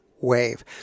Wave